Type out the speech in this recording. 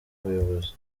umuyobozi